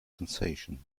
sensation